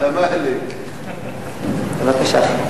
בבקשה.